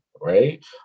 right